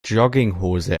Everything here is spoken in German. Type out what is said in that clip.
jogginghose